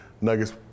Nuggets